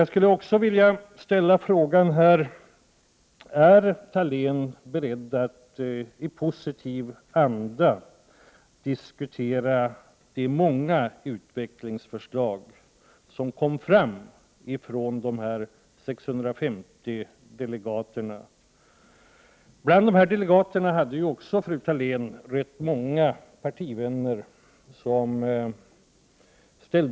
Jag skulle i det sammanhanget vilja fråga om Ingela Thalén är beredd att i positiv anda diskutera de många utvecklingsförslag som kom från dessa 650 delegater. Bland delegaterna fanns också många partivänner till fru Thalén.